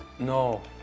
no,